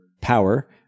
power